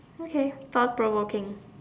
okay faster working